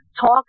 talk